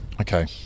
okay